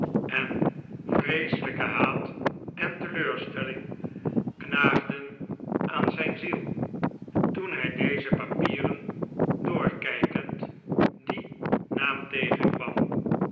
en vreeselijke haat en teleurstelling knaagden aan zijn ziel toen hij deze papieren doorkijkend dien naam tegenkwam